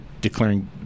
declaring